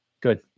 Good